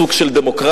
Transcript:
בסוג של דמוקרטיה,